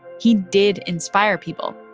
he did inspire people.